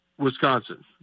wisconsin